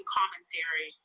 commentary